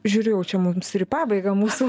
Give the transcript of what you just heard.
žiūriu jau čia mums ir į pabaigą mūsų